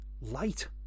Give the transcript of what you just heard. light